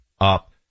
up